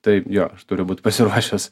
tai jo aš turiu būt pasiruošęs